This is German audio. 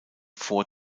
vor